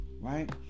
right